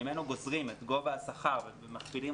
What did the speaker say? שממנו גוזרים את גובה השכר ומכפילים